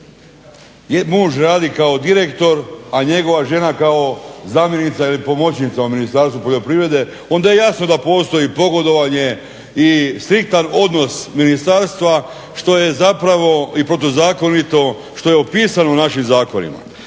muž radi kao direktor, a njegova žena kao zamjenica ili pomoćnica u Ministarstvu poljoprivrede, onda jasno da postoji pogodovanje i striktan odnos ministarstva što je zapravo i protuzakonito što je opisano našim zakonima.